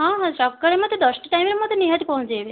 ହଁ ହଁ ସକାଳେ ମୋତେ ଦଶଟା ଟାଇମରେ ମୋତେ ନିହାତି ପହଁଞ୍ଚେଇବେ